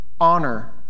honor